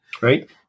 Right